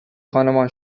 خانمان